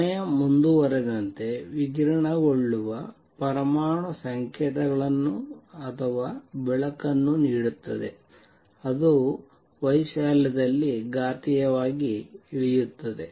ಸಮಯ ಮುಂದುವರೆದಂತೆ ವಿಕಿರಣಗೊಳ್ಳುವ ಪರಮಾಣು ಸಂಕೇತಗಳನ್ನು ಅಥವಾ ಬೆಳಕನ್ನು ನೀಡುತ್ತದೆ ಅದು ವೈಶಾಲ್ಯದಲ್ಲಿ ಘಾತೀಯವಾಗಿ ಇಳಿಯುತ್ತದೆ